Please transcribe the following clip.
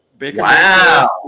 Wow